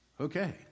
Okay